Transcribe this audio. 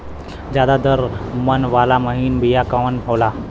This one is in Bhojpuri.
ज्यादा दर मन वाला महीन बिया कवन होला?